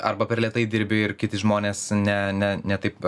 arba per lėtai dirbi ir kiti žmonės ne ne ne taip